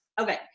Okay